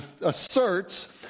asserts